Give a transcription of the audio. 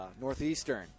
Northeastern